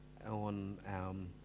on